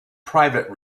private